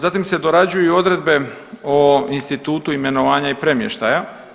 Zatim se dorađuju odredbe o institutu imenovanja i premještaja.